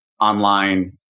online